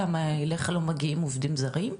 אליך לא מגיעים עובדים זרים?